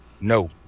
No